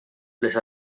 les